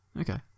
Okay